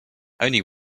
only